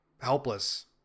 helpless